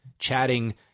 chatting